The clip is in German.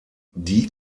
die